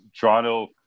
Toronto